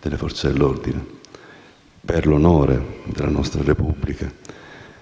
delle Forze dell'ordine, per l'onore della nostra Repubblica,